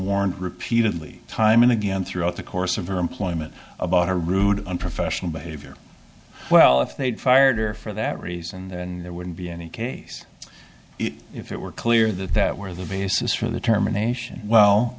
warned repeatedly time and again throughout the course of her employment about her rude unprofessional behavior well if they'd fired or for that reason and there wouldn't be any case if it were clear that that were the basis for the terminations well